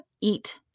eat